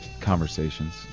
conversations